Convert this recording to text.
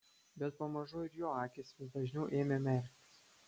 bet pamažu ir jo akys vis dažniau ėmė merktis